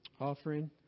offering